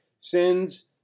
sins